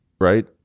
right